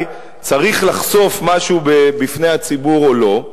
צריך לחשוף משהו בפני הציבור או לא,